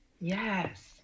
Yes